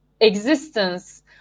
existence